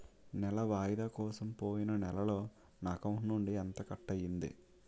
నెల వాయిదా కోసం పోయిన నెలలో నా అకౌంట్ నుండి ఎంత కట్ అయ్యింది?